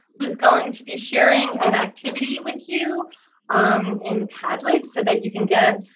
who's going to be sharing an activity with you um in padlet, so that you can get